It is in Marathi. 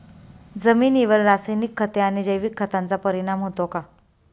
जमिनीवर रासायनिक खते आणि जैविक खतांचा परिणाम होतो का?